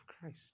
christ